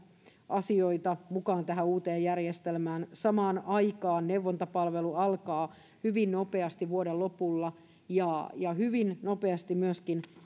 asioita mukaan tähän uuteen järjestelmään samaan aikaan neuvontapalvelu alkaa hyvin nopeasti vuoden lopulla ja ja hyvin nopeasti myöskin